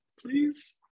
Please